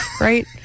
right